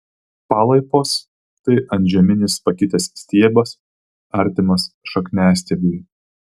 palaipos tai antžeminis pakitęs stiebas artimas šakniastiebiui